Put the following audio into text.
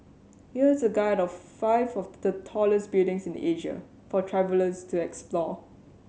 here is a guide of five of the tallest buildings in Asia for travellers to explore